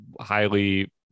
highly